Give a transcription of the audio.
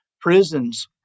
prisons